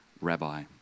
Rabbi